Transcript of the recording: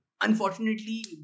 Unfortunately